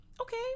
okay